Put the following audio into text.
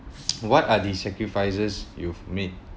what are the sacrifices you've made